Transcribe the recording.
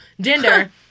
gender